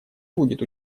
будет